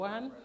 One